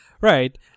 Right